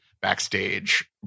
backstage